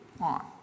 on